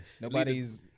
Nobody's